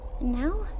Now